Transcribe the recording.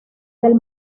del